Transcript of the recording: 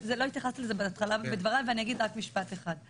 לא התייחסתי לזה בהתחלה בדבריי ואני אגיד רק משפט אחד,